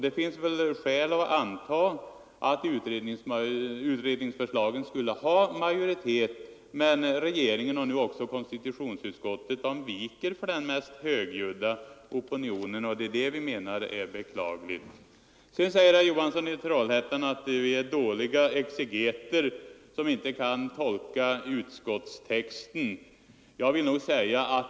Det finns skäl att anta att utredningsförslagen skulle ha majoritet, men regeringen och nu också konstitutionsutskottet viker för den mest högljudda opinionen. Det menar vi är beklagligt. Sedan säger herr Johansson i Trollhättan att vi är dåliga exegeter som inte kan tolka utskottstexten.